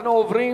אנחנו עוברים